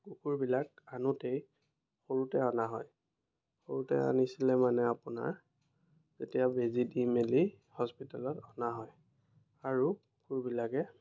কুকুৰবিলাক আনোতেই সৰুতে অনা হয় সৰুতে আনিছিলে মানে আপোনাৰ তেতিয়া বেজি দি মেলি হস্পিতেলত অনা হয় আৰু কুকুৰবিলাকে